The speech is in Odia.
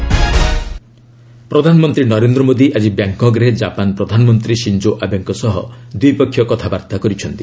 ପିଏମ୍ ଆସିଆନ୍ ପ୍ରଧାନମନ୍ତ୍ରୀ ନରେନ୍ଦ୍ର ମୋଦି ଆଜି ବ୍ୟାଙ୍ଗ୍କକ୍ରେ ଜାପାନ ପ୍ରଧାନମନ୍ତ୍ରୀ ସିଞ୍ଜୋ ଆବେଙ୍କ ସହ ଦ୍ୱିପକ୍ଷୀୟ କଥାବାର୍ତ୍ତା କରିଛନ୍ତି